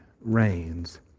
reigns